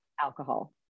Alcohol